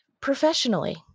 professionally